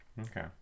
Okay